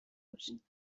باشیم